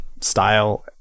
style